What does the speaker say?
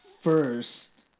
first